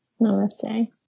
Namaste